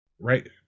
right